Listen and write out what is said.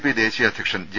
P ദേശീയ അധ്യക്ഷൻ J